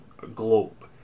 globe